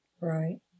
Right